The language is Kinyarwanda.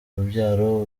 urubyaro